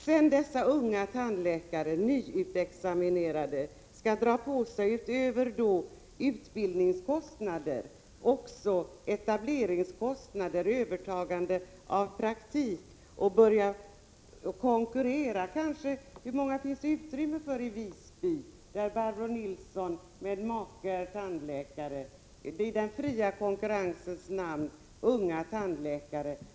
Barbro Nilsson säger att dessa unga, nyutexaminerade tandläkare utöver sina utbildningskostnader skall dra på sig etableringskostnader, kostnader för övertagande av praktik, och börja konkurrera. Hur många unga tandläkare finns det i den fria konkurrensens namn utrymme för i Visby, där Barbro Nilsson med make är tandläkare?